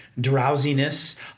drowsiness